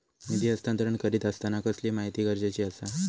निधी हस्तांतरण करीत आसताना कसली माहिती गरजेची आसा?